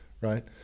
right